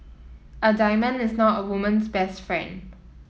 a diamond is not a woman's best friend